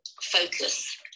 focus